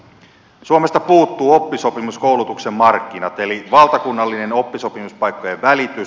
suomesta puuttuu oppisopimuskoulutuksen markkinat eli valtakunnallinen oppisopimuspaikkojen välitys